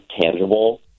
tangible